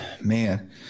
man